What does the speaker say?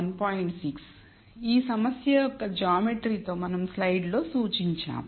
6 ఈ సమస్య యొక్క జ్యామితితో మనం స్లైడ్ లో సూచించాము